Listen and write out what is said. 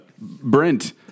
Brent